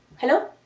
hello?